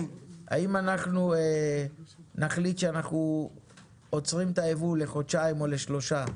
אם נחליט שאנחנו עוצרים את היבוא לחודשיים או לשלושה,